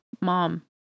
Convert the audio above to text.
mom